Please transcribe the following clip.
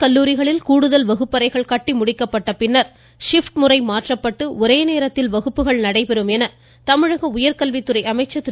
கல்லூரிகளுக்கு கூடுதல் வகுப்பறைகள் கட்டி முடிக்கப்பட்ட பின்னர் ஷிப்ட் முறை மாற்றப்பட்டு ஒரே நேரத்தில் வகுப்புகள் நடைபெறும் என்று உயர்கல்வித்துறை அமைச்சர் திரு